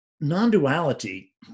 non-duality